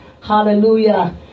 Hallelujah